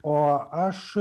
o aš